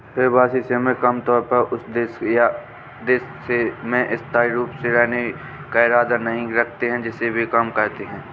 प्रवासी श्रमिक आमतौर पर उस देश या क्षेत्र में स्थायी रूप से रहने का इरादा नहीं रखते हैं जिसमें वे काम करते हैं